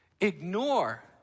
Ignore